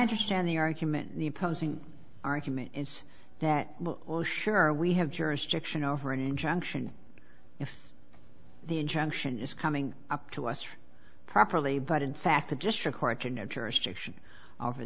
understand the argument the opposing argument is that sure we have jurisdiction over an injunction if the injunction is coming up to us properly